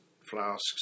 flasks